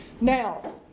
Now